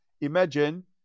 Imagine